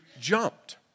jumped